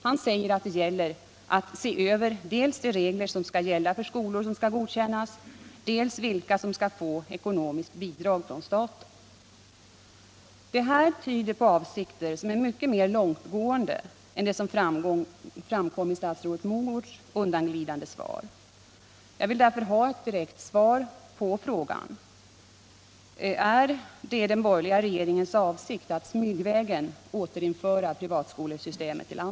Han säger i att det gäller att se över dels reglerna för skolor som skall godkännas, dels vilka som skall få ekonomiskt bidrag från staten. Detta tyder på avsikter som är mycket mer långtgående än som framgår av statsrådet Mogårds undanglidande svar.